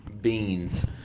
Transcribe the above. Beans